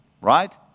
Right